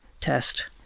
test